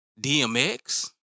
DMX